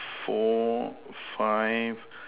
four five